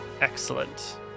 Excellent